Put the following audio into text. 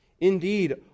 Indeed